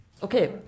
Okay